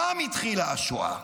שם התחילה השואה.